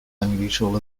unusual